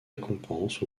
récompenses